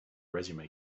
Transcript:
resume